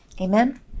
Amen